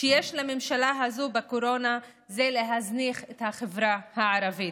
שיש לממשלה הזאת בקורונה היא להזניח את החברה הערבית,